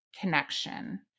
connection